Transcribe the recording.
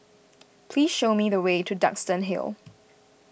please show me the way to Duxton Hill